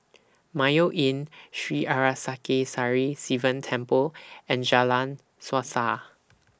Mayo Inn Sri Arasakesari Sivan Temple and Jalan Suasa